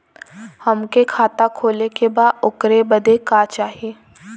हमके खाता खोले के बा ओकरे बादे का चाही?